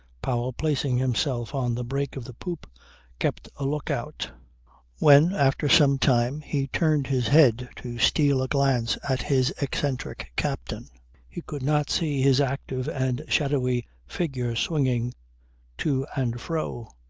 powell placing himself on the break of the poop kept a look-out. when after some time he turned his head to steal a glance at his eccentric captain he could not see his active and shadowy figure swinging to and fro.